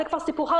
זה כבר סיפור אחר.